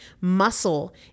Muscle